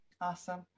awesome